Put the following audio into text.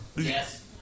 Yes